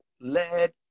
led